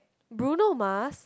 Bruno-Mars